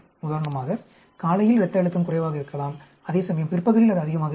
உதாரணமாக காலையில் இரத்த அழுத்தம் குறைவாக இருக்கலாம் அதேசமயம் பிற்பகலில் அது அதிகமாக இருக்கலாம்